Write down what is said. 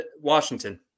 Washington